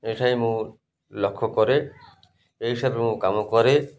ଏଇଟା ମୁଁ ଲକ୍ଷ କରେ ଏହି ହିସାବରେ ମୁଁ କାମ କରେ